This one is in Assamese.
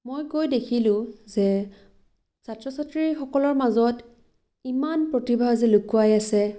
মই গৈ দেখিলোঁ যে ছাত্ৰ ছাত্ৰীসকলৰ মাজত ইমান প্ৰতিভা যে লুকুৱাই আছে